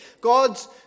God's